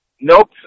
Nope